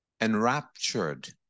enraptured